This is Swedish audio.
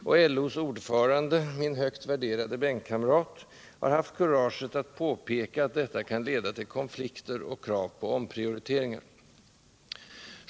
LO:s ordförande, min högt värderade bänkkamrat, har haft kurage att påpeka att detta kan leda till konflikter och krav på omprioriteringar.